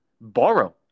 borrow